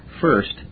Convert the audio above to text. first